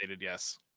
Yes